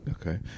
Okay